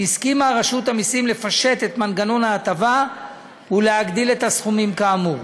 הסכימה רשות המסים לפשט את מנגנון ההטבה ולהגדיל את הסכומים כאמור.